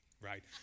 right